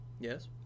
Yes